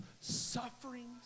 sufferings